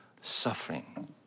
suffering